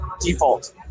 Default